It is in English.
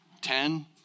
ten